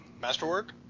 masterwork